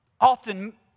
Often